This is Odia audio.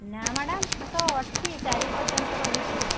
ନା ମ୍ୟାଡ଼ାମ୍ ମୁଁ ତ ଅଛି ଚାରି ପର୍ଯ୍ୟନ୍ତ ରହିବି ଆଉ